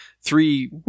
three